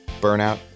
burnout